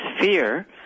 fear